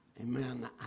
Amen